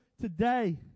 today